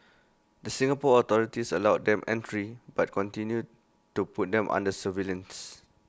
the Singapore authorities allowed them entry but continued to put them under surveillance